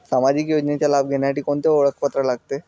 सामाजिक योजनेचा लाभ घेण्यासाठी कोणते ओळखपत्र लागते?